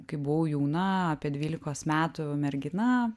kai buvau jauna apie dvylikos metų mergina